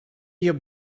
your